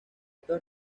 estos